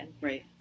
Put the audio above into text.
Right